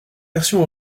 version